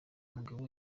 mugabo